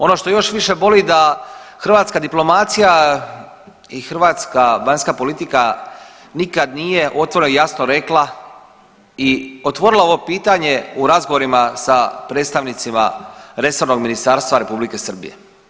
Ono što još više boli da hrvatska diplomacija i hrvatska vanjska politika nikad nije otvoreno i jasno rekla i otvorila ovo pitanje u razgovorima sa predstavnicima resornog ministarstva Republike Srbije.